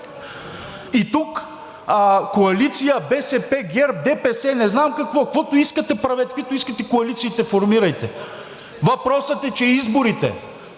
И тук коалиция БСП, ГЕРБ, ДПС, не знам какво, каквото искате правете, каквито искате коалиции формирайте – въпросът е, че изборите